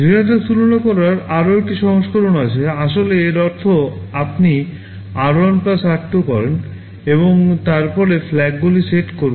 ঋণাত্মক তুলনা করার আরও একটি সংস্করণ রয়েছে আসলে এর অর্থ আপনি r1 r2 করেন এবং তারপরে FLAGগুলি সেট করুন